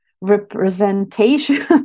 representation